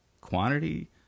quantity